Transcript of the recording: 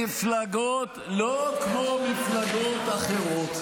מפלגות אחרות.